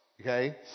okay